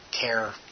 care